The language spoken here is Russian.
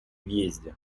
въезде